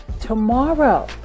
tomorrow